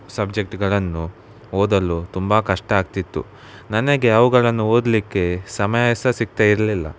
ಸಬ್ಜೆಕ್ಟ್ಗಳನ್ನು ಓದಲು ತುಂಬ ಕಷ್ಟ ಆಗ್ತಿತ್ತು ನನಗೆ ಅವುಗಳನ್ನು ಓದಲಿಕ್ಕೆ ಸಮಯ ಸಹ ಸಿಗ್ತಾ ಇರಲಿಲ್ಲ